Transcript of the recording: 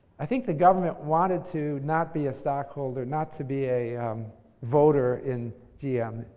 i think the government wanted to not be a stockholder, not to be a voter in gm.